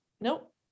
Nope